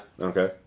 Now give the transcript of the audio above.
Okay